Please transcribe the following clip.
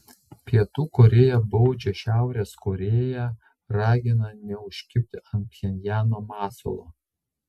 pietų korėja baudžia šiaurės korėją ragina neužkibti ant pchenjano masalo